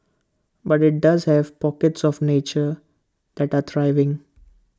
but IT does have pockets of nature that are thriving